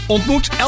Ontmoet